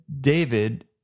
David